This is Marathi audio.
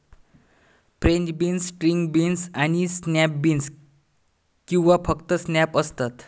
फ्रेंच बीन्स, स्ट्रिंग बीन्स आणि स्नॅप बीन्स किंवा फक्त स्नॅप्स असतात